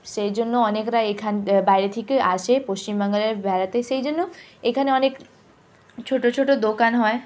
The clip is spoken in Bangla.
সেই জন্য অনেকরা এখান বাইরে থেকে আসে পশ্চিমবঙ্গে বেড়াতে সেই জন্য এখানে অনেক ছোট ছোট দোকান হয়